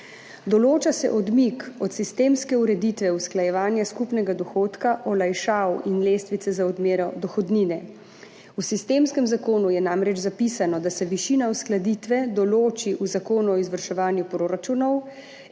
Določa se odmik od sistemske ureditve usklajevanja skupnega dohodka, olajšav in lestvice za odmero dohodnine. V sistemskem zakonu je namreč zapisano, da se višina uskladitve določi v zakonu o izvrševanju proračunov.